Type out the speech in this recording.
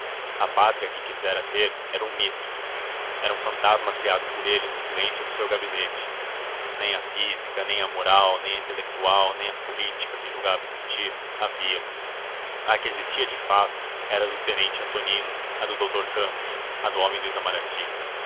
a pátria que quisera ter era um mito era um fantasma criado por ele no silêncio do seu gabinete nem a física nem a moral nem a intelectual nem a política que julgava existir havia a que existia de fato era a do tenente antonino a do doutor campos a do homem do itamarati